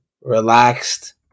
relaxed